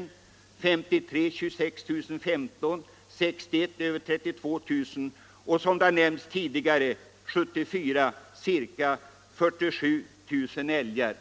år 1953 26 015, år 1961 över 32 000 och 1974 ca 47 000 älgar.